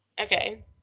okay